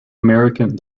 american